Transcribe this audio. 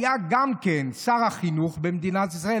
שהיה גם שר החינוך במדינת ישראל,